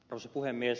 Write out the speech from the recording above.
arvoisa puhemies